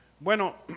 Bueno